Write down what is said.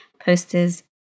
posters